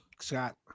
Scott